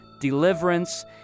deliverance